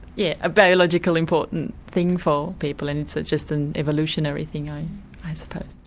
yeah a biological, important thing for people, and it's it's just an evolutionary thing i i suppose.